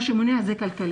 מה שמונע זו סיבה כלכלית.